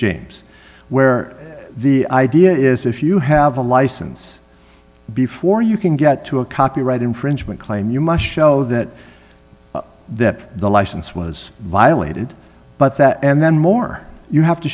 james where the idea is if you have a license before you can get to a copyright infringement claim you must show that the license was violated but that and then more you have to